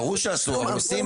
ברור שאסור, אבל עושים את זה.